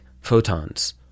photons